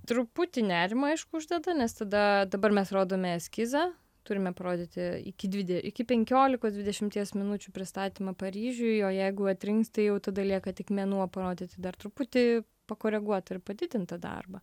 truputį nerimą aišku uždeda nes tada dabar mes rodome eskizą turime parodyti iki dvide iki penkiolikos dvidešimties minučių pristatymą paryžiuj o jeigu atrinks tai jau tada lieka tik mėnuo parodyti dar truputį pakoreguot ir padidintą darbą